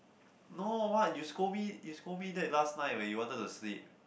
no what you scold me you scold me that last night when you wanted to sleep